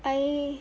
I